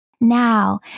Now